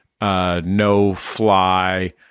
no-fly